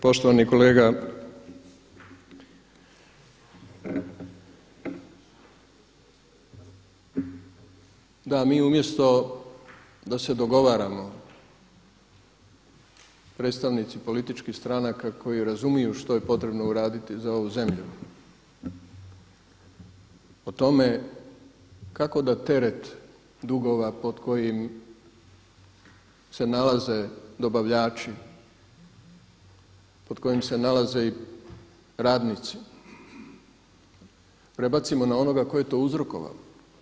Poštovani kolega, da mi umjesto da se dogovaramo predstavnici političkih stranaka koji razumiju što je potrebno uraditi za ovu zemlju o tome kako da teret dugova pod kojim se nalaze dobavljači, pod kojim se nalaze i radnici prebacimo na onoga tko je to uzrokovao.